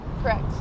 Correct